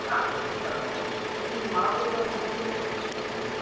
आम् आम् करोमि करोमि यदि मासे कृते कति रुप्यकाणि दातव्यम्